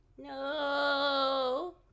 No